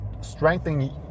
strengthening